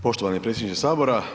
Poštovani predsjedniče Sabora.